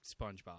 spongebob